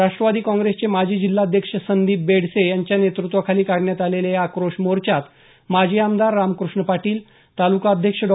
राष्ट्रवादी काँग्रेसचे माजी जिल्हाध्यक्ष संदीप बेडसे यांच्या नेतृत्वाखाली काढण्यात आलेल्या या आक्रोश मोर्चात माजी आमदार रामकृष्ण पाटील तालुका अध्यक्ष डॉ